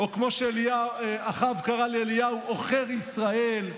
או כמו שאחאב קרא לאליהו, "עוכר ישראל",